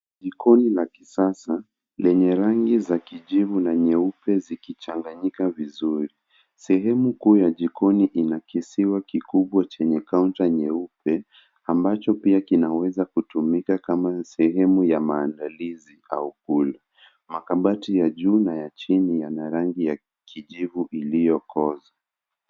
Jikoni na kisasa lenye rangi za kijivu na nyeupe zikichanganyika vizuri. Sehemu kuu ya jikoni ina kisiwa kikubwa chenye kaunti nyeupe ambacho pia kinaweza kutumika kama sehemu ya maandalizi au kula. Makabati ya juu na ya chini ya na rangi ya kijivu iliyokoza.